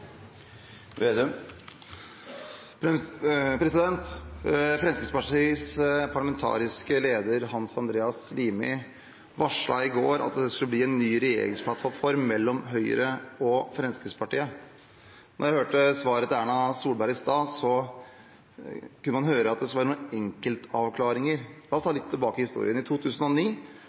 Fremskrittspartiets parlamentariske leder Hans Andreas Limi varslet i går at det skal bli en ny regjeringsplattform for Høyre og Fremskrittspartiet. I svaret til Erna Solberg i stad kunne man høre at det skulle være noen enkeltavklaringer. La oss gå litt tilbake i historien. I 2009,